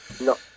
no